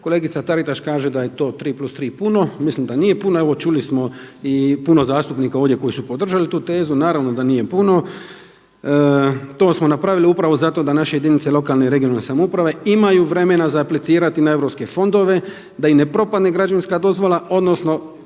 kolegica Taritaš kaže da to tri plus tri puno, mislim da nije puno. Evo čuli smo i puno zastupnika ovdje koji su podržali tu tezu, naravno da nije puno. To smo napravili upravo zato da naše jedinice lokalne i regionalne samouprave imaju vremena za aplicirati na europske fondove da i ne propadne građevinska dozvola odnosno